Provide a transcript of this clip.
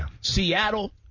Seattle